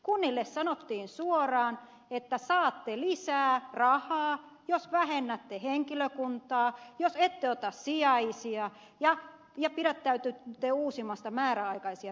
kunnille sanottiin suoraan että saatte lisää rahaa jos vähennätte henkilökuntaa jos ette ota sijaisia ja pidättäydytte uusimasta määräaikaisia työsuhteita